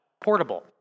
Portable